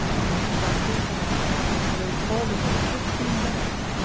and the conductor announced verzbolovo, fifteen minutes!